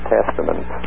Testament